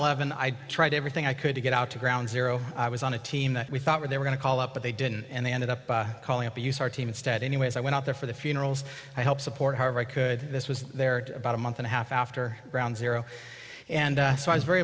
eleven i tried everything i could to get out to ground zero i was on a team that we thought they were going to call up but they didn't and they ended up calling up to use our team instead anyways i went out there for the funerals i help support however i could this was about a month and a half after ground zero and so i was very